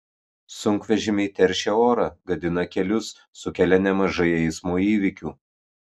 sunkvežimiai teršia orą gadina kelius sukelia nemažai eismo įvykių